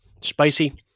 Spicy